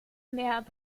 mehr